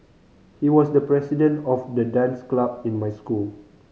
he was the president of the dance club in my school